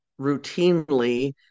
routinely